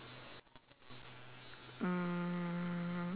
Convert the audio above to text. mm